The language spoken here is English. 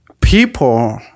people